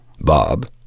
Bob